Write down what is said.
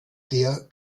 der